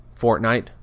Fortnite